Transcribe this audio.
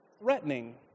threatening